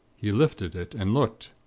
he lifted it, and looked.